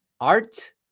art